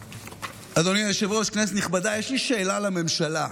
אדוני היושב-ראש, כנסת נכבדה, יש לי שאלה לממשלה: